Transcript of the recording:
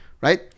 Right